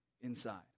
inside